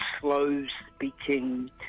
slow-speaking